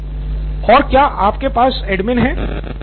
professor और क्या आपके पास एडमिन है